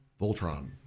Voltron